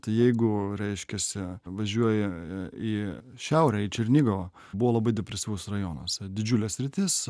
tai jeigu reiškiasi važiuoji į šiaurę į černigovą buvo labai depresyvus rajonas didžiulė sritis